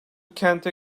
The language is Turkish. kente